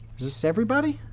this everybody?